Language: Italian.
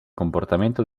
comportamento